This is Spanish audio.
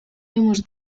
hemos